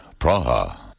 Praha